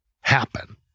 happen